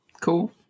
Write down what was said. cool